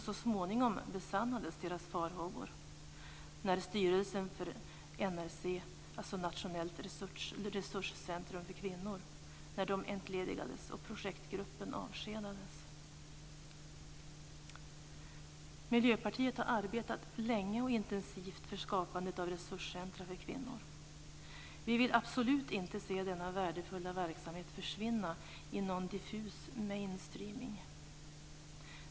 Så småningom besannades deras farhågor när styrelsen för NRC, Nationellt resurscentrum för kvinnor, entledigades och projektgruppen avskedades. Miljöpartiet har arbetat länge och intensivt för skapandet av ett resurscentrum för kvinnor. Vi vill absolut inte se denna värdefulla verksamhet försvinna i någon diffus mainstreaming.